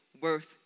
worth